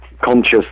conscious